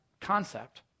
concept